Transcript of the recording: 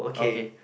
okay